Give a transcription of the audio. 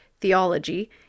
theology